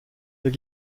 hier